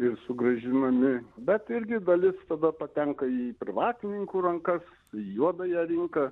ir sugrąžinami bet irgi dalis tada patenka į privatininkų rankas į juodąją rinką